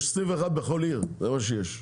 יש 21 בכל עיר, זה מה שיש,